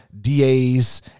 DAs